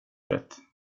rätt